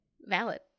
valid